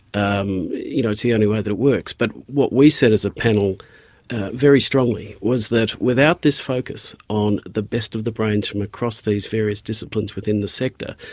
um you know it's the only way that it works. but what we said as a panel very strongly was that without this focus on the best of the brains from across these various disciplines within the sector,